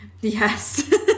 Yes